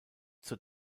zur